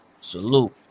Salute